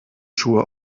schuhe